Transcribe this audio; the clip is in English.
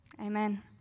Amen